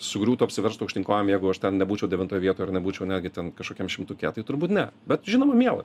sugriūtų apsiverstų aukštyn kojom jeigu aš ten nebūčiau devintoj vietoj ar nebūčiau netgi ten kažkokiam šimtuke tai turbūt ne bet žinoma miela